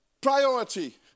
priority